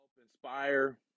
inspire